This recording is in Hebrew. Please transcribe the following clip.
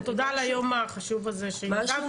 תודה על היום החשוב הזה שארגנתן,